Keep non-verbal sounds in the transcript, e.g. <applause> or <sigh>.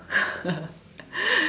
<laughs>